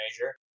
major